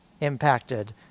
impacted